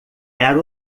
era